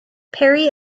perry